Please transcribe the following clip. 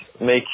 make